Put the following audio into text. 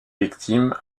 victimes